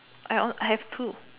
I I have two